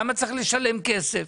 למה לנו להוציא כסף",